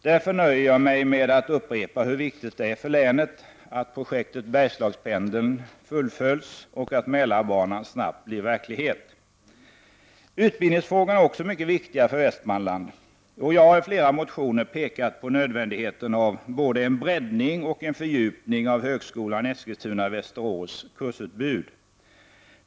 Därför nöjer jag mig med att upprepa hur viktigt det är för länet att projektet Bergslagspendeln fullföljs och att Mälarbanan snabbt blir verklighet. Utbildningsfrågorna är också mycket viktiga för Västmanland. Jag har i flera motioner pekat på nödvändigheten av både en breddning och en fördjupning av högskolan Eskilstuna-Västerås kursutbud.